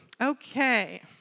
Okay